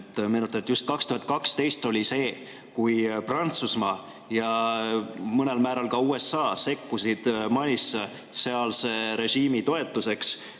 Meenutan, et just 2012 oli see, kui Prantsusmaa ja mõnel määral ka USA sekkusid Malis sealse režiimi toetuseks.